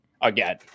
again